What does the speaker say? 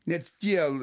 net tie